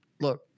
look